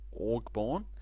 Orgborn